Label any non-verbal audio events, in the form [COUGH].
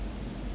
[NOISE]